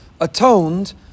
atoned